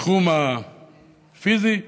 בתחום הפיזי,